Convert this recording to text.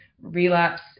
relapse